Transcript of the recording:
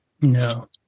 No